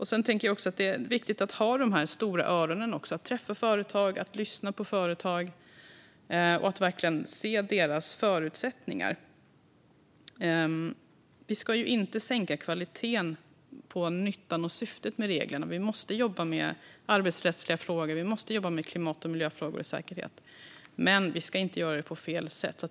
Det är också viktigt att ha stora öron, att träffa och lyssna på företag och verkligen se deras förutsättningar. Vi ska inte sänka kvaliteten när det gäller nyttan och syftet med reglerna. Vi måste jobba med arbetsrättsliga frågor, med klimat och miljöfrågor och med säkerhet. Men vi ska inte göra det på fel sätt.